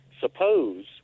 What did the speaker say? suppose